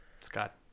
Scott